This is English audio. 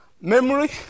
memory